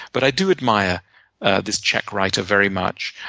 but i do admire this czech writer very much.